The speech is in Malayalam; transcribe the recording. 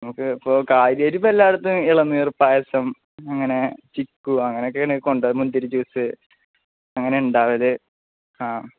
നമുക്ക് ഇപ്പോള് കാര്യമായിട്ട് ഇപ്പോള് എല്ലായിടത്തും ഇളന്നീര് പായസം അങ്ങനെ ചിക്കു അങ്ങനെയൊക്കെയാണ് മുന്തിരി ജ്യൂസ് അങ്ങനെയാണ് ഉണ്ടാകാറ് ആ